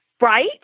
Right